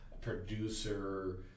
producer